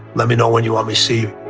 let me know when you let me see.